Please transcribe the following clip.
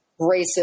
racist